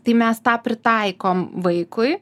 tai mes tą pritaikom vaikui